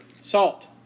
Salt